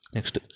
Next